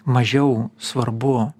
mažiau svarbu